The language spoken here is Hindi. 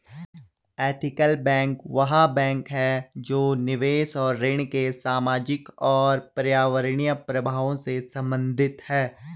एथिकल बैंक वह बैंक है जो निवेश और ऋण के सामाजिक और पर्यावरणीय प्रभावों से संबंधित है